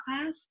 class